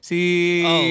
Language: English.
See